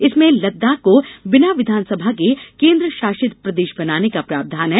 इसमें लद्दाख को बिना विधानसभा के केन्द्रशासित प्रदेश बनाने का प्रावधान है